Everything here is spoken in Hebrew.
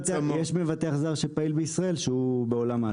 מבטח זר שפעיל בישראל, שהוא בעולם האשראי.